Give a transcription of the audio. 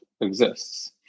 exists